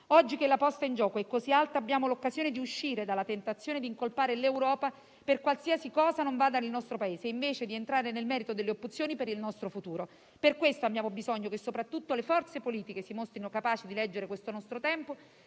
Oggi che la posta in gioco è così alta abbiamo l'occasione di uscire dalla tentazione di incolpare l'Europa per qualsiasi cosa non vada nel nostro Paese, invece di entrare nel merito delle opzioni per il nostro futuro. Per questo abbiamo bisogno che soprattutto le forze politiche si mostrino capaci di leggere questo nostro tempo,